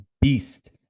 beast